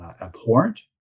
abhorrent